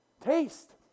Taste